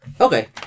Okay